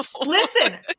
Listen